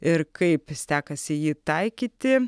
ir kaip sekasi jį taikyti